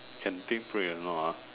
can take break or not ah